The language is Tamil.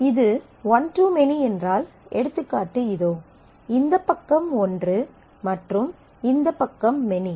இது ஒன் டு மெனி என்றால் எடுத்துக்காட்டு இதோ இந்த பக்கம் 1 மற்றும் இந்த பக்கம் மெனி